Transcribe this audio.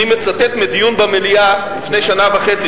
אני מצטט מדיון במליאה לפני שנה וחצי,